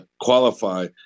qualify